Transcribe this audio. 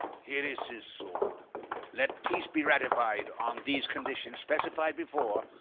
here is his sword let peace be ratified on these conditions specified before,